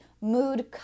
mood